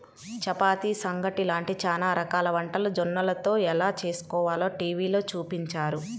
చపాతీ, సంగటి లాంటి చానా రకాల వంటలు జొన్నలతో ఎలా చేస్కోవాలో టీవీలో చూపించారు